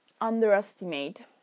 underestimate